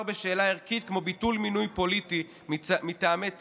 בשאלה ערכית כמו ביטול מינוי פוליטי מטעמי צדק,